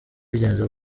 bigenze